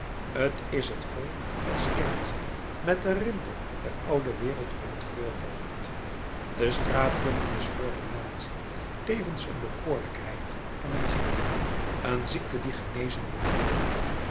t is het volk als kind met den rimpel der oude wereld op het voorhoofd de straatjongen is voor de natie tevens een bekoorlijkheid en een ziekte een ziekte die genezen moet worden